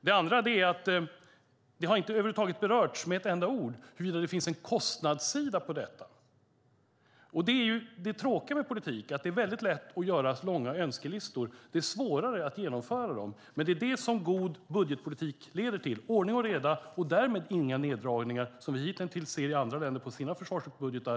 Den andra reflexionen är att man inte med ett enda ord har berört huruvida det finns en kostnadssida här. Det tråkiga med politik är att det är väldigt lätt att göra många önskelistor. Det är svårare att genomföra dem, men det är det som god budgetpolitik leder till. Det blir ordning och reda och därmed inga neddragningar i vårt land av det slag som vi nu ser andra länder göra på sina försvarsbudgetar.